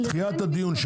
דחיית הדיון,